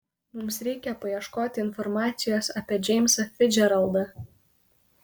mums reikia paieškoti informacijos apie džeimsą ficdžeraldą